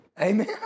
Amen